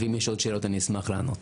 אם יש עוד שאלות אני אשמח לענות.